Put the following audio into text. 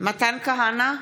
מתן כהנא,